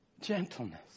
gentleness